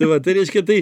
tai vat tai reiškia tai